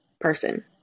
person